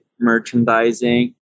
merchandising